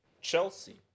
Chelsea